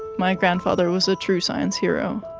my grandfather was a true science hero.